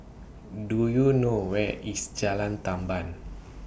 Do YOU know Where IS Jalan Tamban